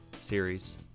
series